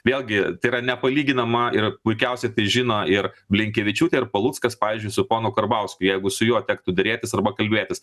vėlgi tai yra nepalyginama ir puikiausiai tai žino ir blinkevičiūtė ir paluckas pavyzdžiui su ponu karbauskiu jeigu su juo tektų derėtis arba kalbėtis